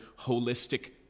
holistic